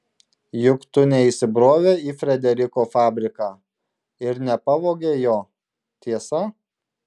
juk tu neįsibrovei į frederiko fabriką ir nepavogei jo tiesa